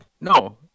no